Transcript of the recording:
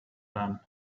them